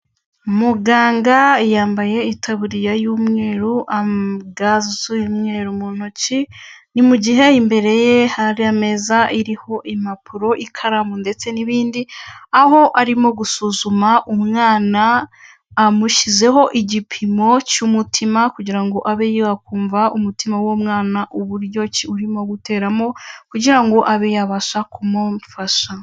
Muganga yambaye itaburiya y'umweru, ga z'umweru mu ntoki, ni mu gihe imbere ye hari ameza iriho impapuro, ikaramu, ndetse n'ibindi, aho arimo gusuzuma umwana amushyizeho igipimo cy'umutima kugira ngo abe yakumva umutima w'uwo mwana urimo guteramo, kugira ngo abe yabasha kumufasha.